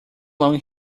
long